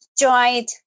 joined